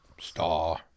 Star